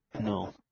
No